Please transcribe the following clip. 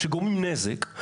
שגורמים נזק,